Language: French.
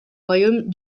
royaume